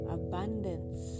abundance